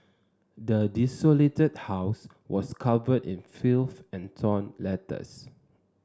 the desolated house was covered in filth and torn letters